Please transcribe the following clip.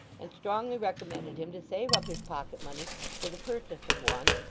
and strongly recommended him to save up his pocket-money for the purchase of one,